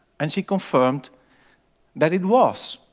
and she confirmed that it was!